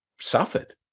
suffered